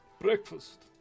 Breakfast